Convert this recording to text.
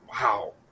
wow